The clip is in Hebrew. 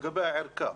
לגבי הערכה.